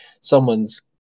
someone's